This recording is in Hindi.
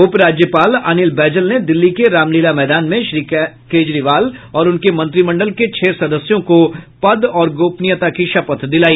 उपराज्यपाल अनिल बैजल ने दिल्ली के रामलीला मैदान में श्री केजरीवाल और उनके मंत्रिमंडल के छह सदस्यों को पद और गोपनीयता की शपथ दिलाई